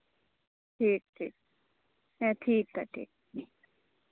ᱴᱷᱤᱠ ᱴᱷᱤᱠ ᱦᱮᱸ ᱴᱷᱤᱠᱜᱮᱭᱟ ᱴᱷᱤᱠ